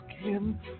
skin